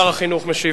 שר החינוך משיב.